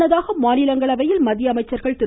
முன்னதாக மாநிலங்களவையில் மத்திய அமைச்சர்கள் திரு